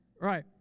Right